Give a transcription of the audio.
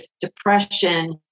depression